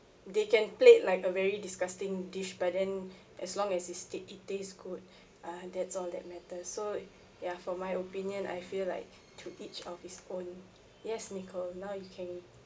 they can plate like a very disgusting dish but then as long as is state it taste good uh that's all that matters so ya for my opinion I feel like to each of its own yes nicole now you can